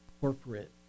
corporate